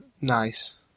Nice